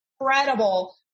incredible